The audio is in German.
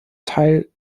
teil